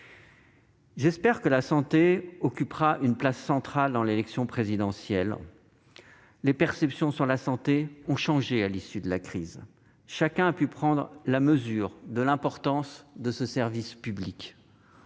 J'espère que la santé occupera une place centrale dans la campagne présidentielle. Les perceptions sur les questions de santé ont changé à l'issue de la crise : chacun a pu prendre la mesure de l'importance de ce service public,